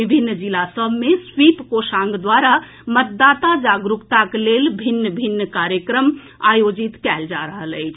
विभिन्न जिला सभ मे स्वीप कोषांग द्वारा मतदाता जागरूकताक लेल भिन्न भिन्न कार्यक्रम आयोजित कएल जा रहल अछि